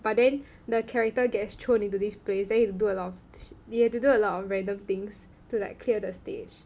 but then the character gets thrown into this place then you have to do a lot of you have to do a lot of random things to like clear the stage